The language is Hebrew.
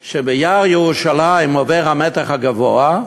כי ביער ירושלים עובר המתח הגבוה,